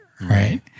Right